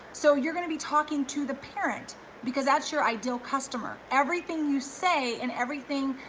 so you're gonna be talking to the parent because that's your ideal customer. everything you say and everything,